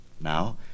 Now